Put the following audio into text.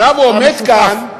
עכשיו הוא עומד כאן,